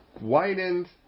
widened